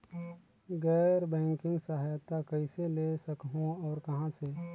गैर बैंकिंग सहायता कइसे ले सकहुं और कहाँ से?